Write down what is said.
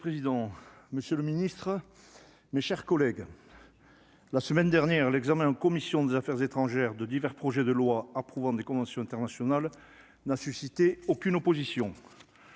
Monsieur le président, Monsieur le Ministre, mes chers collègues. La semaine dernière l'examen en commission des affaires étrangères de divers projets de loi approuvant des conventions internationales n'a suscité aucune opposition.